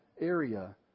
area